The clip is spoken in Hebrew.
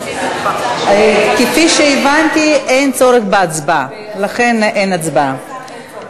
כפי שהבנתי, אין צורך בהצבעה, לכן אין הצבעה.